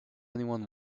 anyone